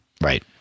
right